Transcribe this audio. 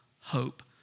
hope